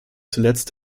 zuletzt